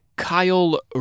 kyle